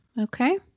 Okay